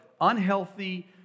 unhealthy